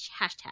hashtag